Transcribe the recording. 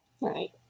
Right